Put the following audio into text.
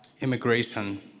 immigration